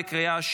22,